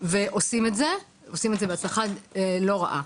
ועושים את זה, עושים את זה בהצלחה לא רעה.